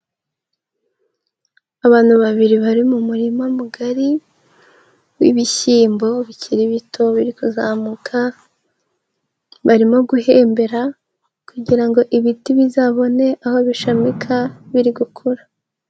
Abantu babiri bari mu murima mugari w'ibishyimbo bikiri bito biri kuzamuka, barimo guhembera kugira ngo ibiti bizabone aho bishamika biri gukura.